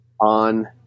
on